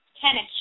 tennis